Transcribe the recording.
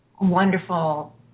wonderful